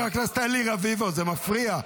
חבר הכנסת אלי רביבו, זה מפריע.